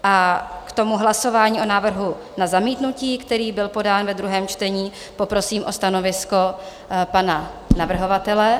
A k hlasování o návrhu na zamítnutí, který byl podán ve druhém čtení, poprosím o stanovisko pana navrhovatele.